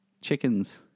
Chickens